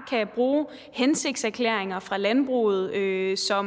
kan bruge hensigtserklæringer fra landbruget og